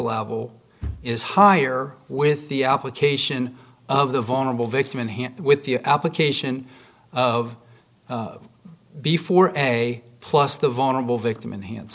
level is higher with the application of the vulnerable victim in hand with the application of before a plus the vulnerable victim enhance